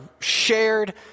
shared